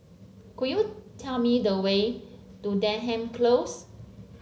could you tell me the way to Denham Close